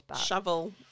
Shovel